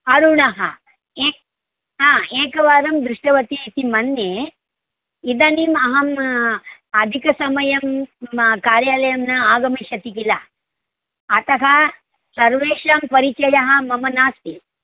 अरुणः एकः हा एकवारं दृष्टवती इति मन्ये इदानीम् अहम् अधिकसमयं मम कार्यालयं न आगमिष्यति किल अतः सर्वेषां परिचयः मम नास्ति